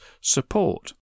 support